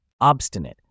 Obstinate